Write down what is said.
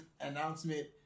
announcement